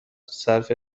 صرف